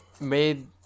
made